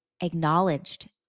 acknowledged